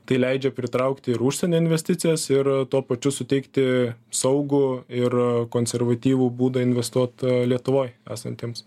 tai leidžia pritraukti ir užsienio investicijas ir tuo pačiu suteikti saugų ir konservatyvų būdą investuot lietuvoj esantiems